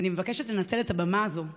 אני מבקשת לנצל את הבמה הזו,